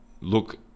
look